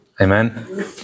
Amen